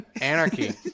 Anarchy